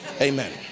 Amen